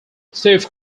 steve